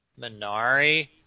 Minari